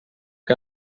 que